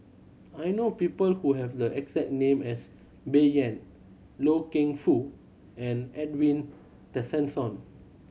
I know people who have the exact name as Bai Yan Loy Keng Foo and Edwin Tessensohn